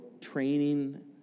training